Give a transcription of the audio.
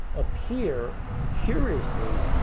appear, curiously,